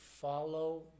Follow